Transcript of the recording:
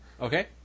Okay